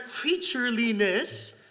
creatureliness